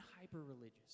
hyper-religious